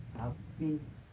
abeh